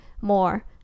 more